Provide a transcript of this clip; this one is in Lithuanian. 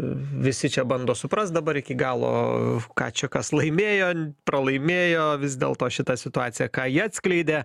visi čia bando suprast dabar iki galo ką čia kas laimėjo pralaimėjo vis dėlto šita situacija ką ji atskleidė